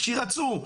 כי רצו.